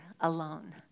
alone